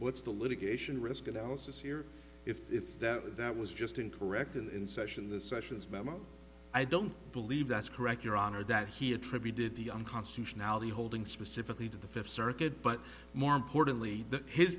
what's the litigation risk analysis here if it's that that was just incorrect and in session the sessions but i don't believe that's correct your honor that he attributed the unconstitutionality holding specifically to the fifth circuit but more importantly